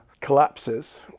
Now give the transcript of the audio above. collapses